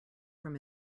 from